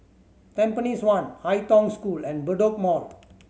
Tampines One Ai Tong School and Bedok Mall